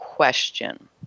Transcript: question